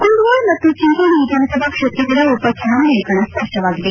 ಕುಂದಗೋಳ ಮತ್ತು ಚಿಂಚೋಳಿ ವಿಧಾನಸಭಾ ಕ್ಷೇತ್ರಗಳ ಉಪಚುನಾವಣೆಯ ಕಣ ಸ್ಪಷ್ಟವಾಗಿದೆ